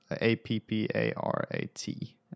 A-P-P-A-R-A-T